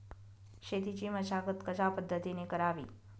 शेतीची मशागत कशापद्धतीने करावी?